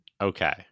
okay